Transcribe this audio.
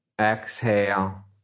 exhale